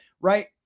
right